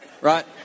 Right